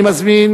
אני מזמין